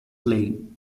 lane